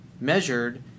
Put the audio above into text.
measured